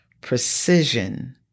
precision